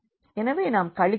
எனவே நாம் கழிக்கவேண்டும்